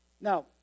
Now